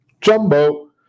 Jumbo